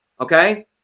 Okay